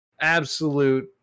Absolute